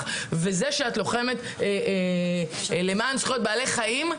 וזה שאת לוחמת למען זכויות בעלי חיים.